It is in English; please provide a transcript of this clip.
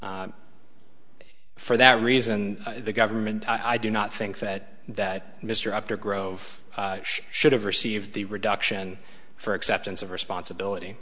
for that reason the government i do not think that that mr up there grove should have received the reduction for acceptance of responsibility